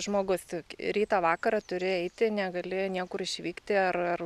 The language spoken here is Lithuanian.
žmogus rytą vakarą turi eiti negali niekur išvykti ar ar